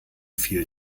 fiel